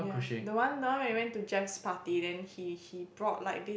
yeah the one the one when we went to Jeff's party then he he brought like this